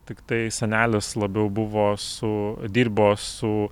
tiktai senelis labiau buvo su dirbo su